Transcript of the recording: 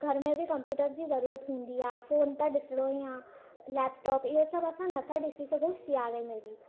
घर में बि कंप्यूटर जी ज़रूरत हूंदी आहे फोन त ॾिसिणो ई आहे लैपटॉप इहो सभु असां न था ॾिसी सघूं सियारे में बि